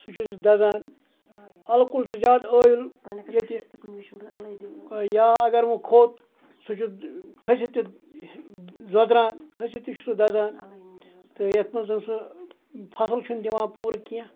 سُہ چھُس دَزان اَلہٕ کُل چھُ زیاد ٲویٚل ییٚتہِ یا اَگَر وۄنۍ کھوٚتہ سُہ چھُ کھٔسِتھ تہِ زودران کھٔسِتھ تہِ چھُ سُہ دَزان تہٕ یَتھ مَنٛز سُہ فصل چھُنہٕ دِوان پوٗرٕ کینٛہہ